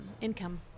income